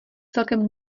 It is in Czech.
celkem